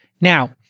now